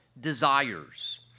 desires